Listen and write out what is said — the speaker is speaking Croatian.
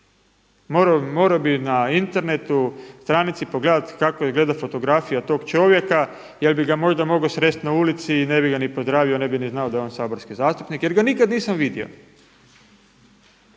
Morao bih na internetu stranici pogledati kako izgledati fotografija tog čovjeka jel bi ga možda mogao sresti na ulici i ne bi ga ni pozdravio ne bi ni znao da je on saborski zastupnik jer ga nikad nisam vidio.